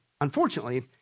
Unfortunately